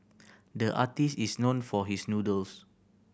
the artist is known for his noodles